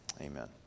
Amen